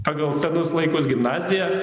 pagal senus laikus gimnaziją